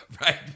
Right